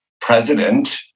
president